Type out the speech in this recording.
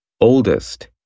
oldest